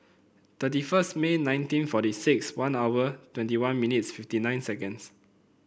thirty first May nineteen forty six one hour twenty one minutes fifty nine seconds